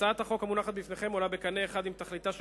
הצעת החוק המונחת בפניכם עולה בקנה אחד עם תכליתה של